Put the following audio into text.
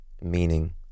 meaning